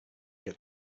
get